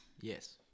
Yes